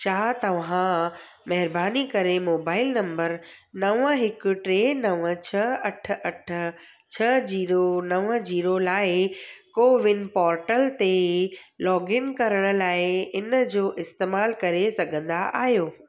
छा तव्हां महिरबानी करे मोबाइल नम्बर नव हिकु टे नव छह अठ अठ छह जीरो नव जीरो लाइ कोविन पोर्टल ते लॉगइन करण लाइ हिनजो इस्तेमालु करे सघंदा आहियो